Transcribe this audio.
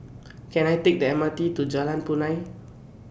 Can I Take The M R T to Jalan Punai